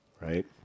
right